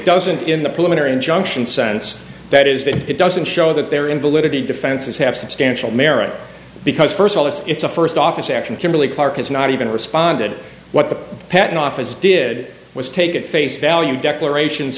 doesn't in the preliminary injunction sense that is that it doesn't show that there invalidity defenses have substantial merit because first of all if it's a first office action kimberly clark has not even responded what the patent office did was take at face value declarations